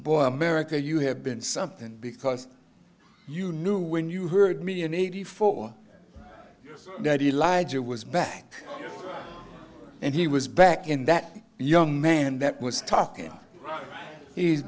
boy america you have been something because you knew when you heard me in eighty four that elijah was back and he was back in that young man that was talking he's